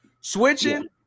Switching